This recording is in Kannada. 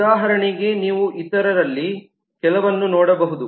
ಉದಾಹರಣೆಗೆ ನೀವು ಇತರರಲ್ಲಿ ಕೆಲವನ್ನು ನೋಡಬಹುದು